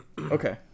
Okay